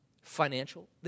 Financial